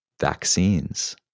vaccines